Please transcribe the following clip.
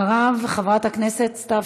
אחריו, חברת הכנסת סתיו